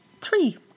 three